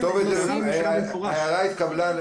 ההערה התקבלה.